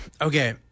Okay